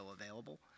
available